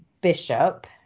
bishop